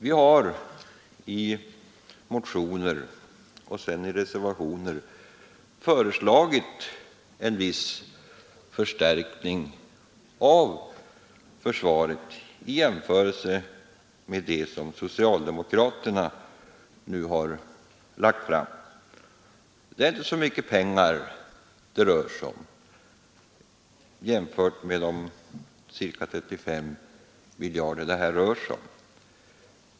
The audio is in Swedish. Vi har i motioner och sedan i reservationer föreslagit en viss förstärkning av försvaret jämfört med det förslag som socialdemokraterna nu lagt fram. Det är inte så mycket pengar utöver de 35 miljarder kronor som det rör sig om.